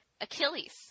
Achilles